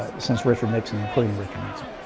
ah since richard nixon, including richard nixon.